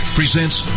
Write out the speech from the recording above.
presents